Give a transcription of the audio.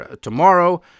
tomorrow